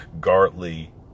Gartley